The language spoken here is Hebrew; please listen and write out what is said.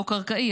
לא קרקעי,